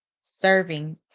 serving